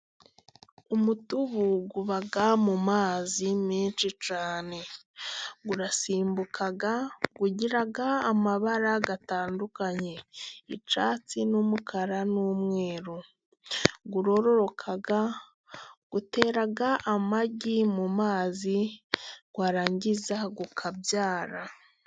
Umutubu uba mu mazi menshi cyane, urasimbuka ugira amabara atandukanye icyatsi n'umukara n'umweru, urororoka utera amagi mu mazi warangiza ukabyara.